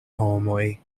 homoj